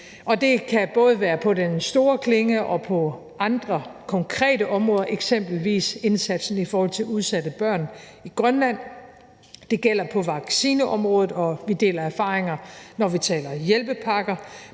Det kan både være på den store klinge og på andre, konkrete områder, eksempelvis indsatsen i forhold til udsatte børn i Grønland. Det gælder på vaccineområdet, og vi deler erfaringer, når vi taler hjælpepakker.